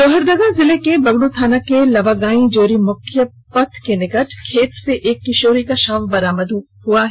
लोहरदगा जिले के बगड़ थाना के लावागांई जोरी मुख्य पथ के लिकट खेत से एक किशोरी का शव बरामद हुआ है